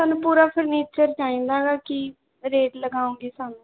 ਸਾਨੂੰ ਪੂਰਾ ਫਰਨੀਚਰ ਚਾਹੀਦਾ ਗਾ ਕੀ ਰੇਟ ਲਗਾਉਂਗੇ ਸਾਨੂੰ